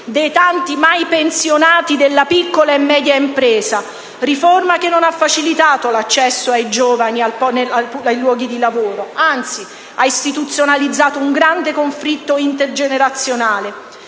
dei tanti mai pensionati della piccola e media impresa, riforma che non ha facilitato l'accesso ai giovani ai luoghi di lavoro, anzi, ha istituzionalizzato un grande conflitto intergenerazionale.